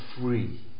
free